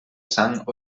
sang